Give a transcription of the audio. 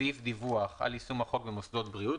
סעיף דיווח על יישום החוק במוסדות בריאות,